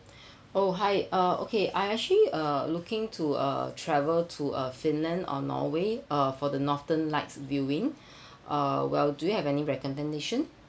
oh hi uh okay I actually uh looking to uh travel to uh finland or norway uh for the northern lights viewing uh well do you have any recommendation